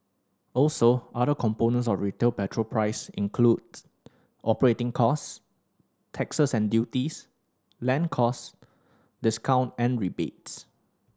also other components of retail petrol price includes operating cost taxes and duties land cost discount and rebates